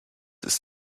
ist